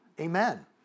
Amen